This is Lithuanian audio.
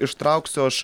ištrauksiu aš